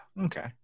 Okay